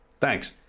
Thanks